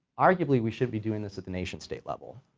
arguably we should be doing this at the nation-state level,